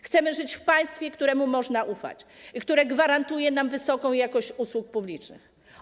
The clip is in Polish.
Chcemy żyć w państwie, któremu można ufać i które gwarantuje nam wysoką jakość usług publicznych.